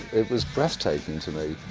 it was breath-taking to me.